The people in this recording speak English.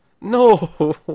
no